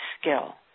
skill